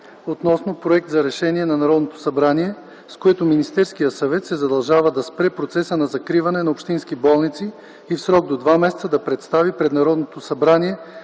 проект за Решение на Народното събрание, с което Министерският съвет се задължава да спре процеса на закриване на общински болници и в срок до 2 месеца да представи пред Народното събрание